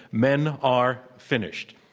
men are finished.